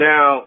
Now